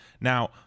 Now –